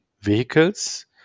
vehicles